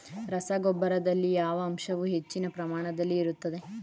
ರಸಗೊಬ್ಬರದಲ್ಲಿ ಯಾವ ಅಂಶವು ಹೆಚ್ಚಿನ ಪ್ರಮಾಣದಲ್ಲಿ ಇರುತ್ತದೆ?